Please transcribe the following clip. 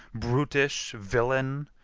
brutish villain!